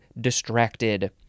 distracted